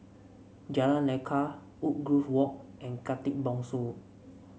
Jalan Lekar Woodgrove Walk and Khatib Bongsu